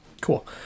cool